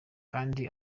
kandi